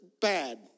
bad